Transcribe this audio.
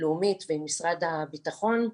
לאומית ועם משרד הביטחון.